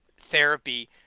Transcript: therapy